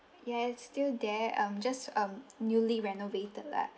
ya it's still there um just um newly renovated lah